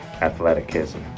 athleticism